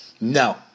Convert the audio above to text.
No